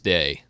Day